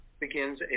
begins